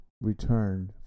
returned